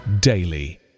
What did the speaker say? daily